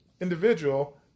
individual